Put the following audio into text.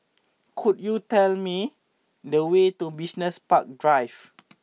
could you tell me the way to Business Park Drive